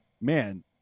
man